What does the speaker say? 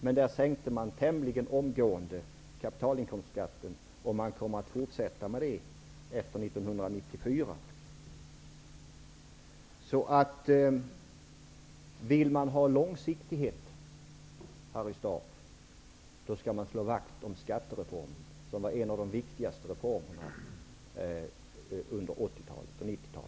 Men där sänkte man tämligen omgående nivån på kapitalinkomstbeskattningen, och det kommer man att fortsätta med efter 1994. Vill man ha långsiktighet, Harry Staaf, skall man slå vakt om skattereformen. Det var en av de viktigaste reformerna under 80-talet och början av